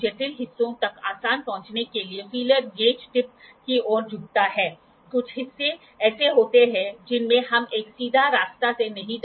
तो लाइट यहां से आता है बीम स्प्लिटर के पास जाता है यह प्रकाश को विभाजित करता है और इसका आधा हिस्सा इस तरह से चला जाता है और यह सतह पर हिट करने की कोशिश करता है